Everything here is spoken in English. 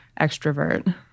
extrovert